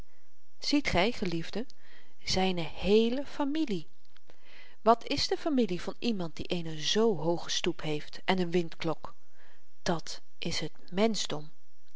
ziet gy geliefden zyne heele familie wat is de familie van iemand die eene zoo hooge stoep heeft en een windklok dat is het